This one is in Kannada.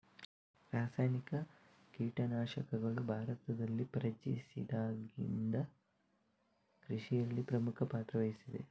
ರಾಸಾಯನಿಕ ಕೀಟನಾಶಕಗಳು ಭಾರತದಲ್ಲಿ ಪರಿಚಯಿಸಿದಾಗಿಂದ ಕೃಷಿಯಲ್ಲಿ ಪ್ರಮುಖ ಪಾತ್ರ ವಹಿಸಿದೆ